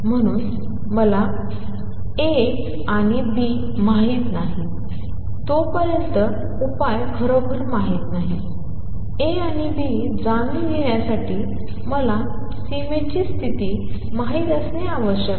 म्हणून मला A आणि B माहित नाही तोपर्यंत उपाय खरोखर माहित नाही A आणि B जाणून घेण्यासाठी मला सीमेची स्थिती माहित असणे आवश्यक आहे